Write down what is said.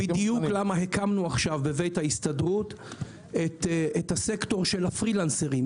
למה הקמנו עכשיו בבית ההסתדרות את הסקטור של הפרילנסרים.